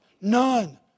None